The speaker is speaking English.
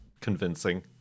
convincing